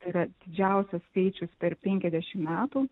tai yra didžiausias skaičius per penkiadešim metų